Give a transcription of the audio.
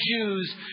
Jews